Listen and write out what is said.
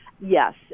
yes